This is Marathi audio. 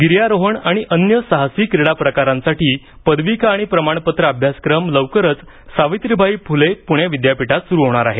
गिर्यारोहण आणि अन्य साहसी क्रीडा प्रकारांसाठी पदविका आणि प्रमाणपत्र अभ्यासक्रम लवकरच सावित्रीबाई फुले प्णे विद्यापीठात सुरू होणार आहे